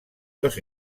los